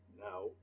Now